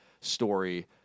story